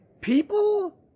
people